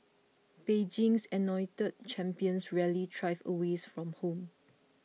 Beijing's anointed champions rarely thrive away from home